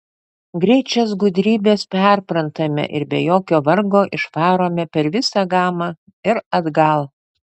greit šias gudrybes perprantame ir be jokio vargo išvarome per visą gamą ir atgal